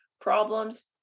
problems